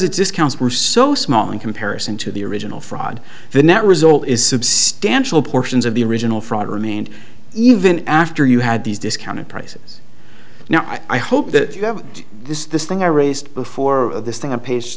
its discounts were so small in comparison to the original fraud the net result is substantial portions of the original fraud remained even after you had these discounted prices now i hope that you have this this thing i raised before this thing on page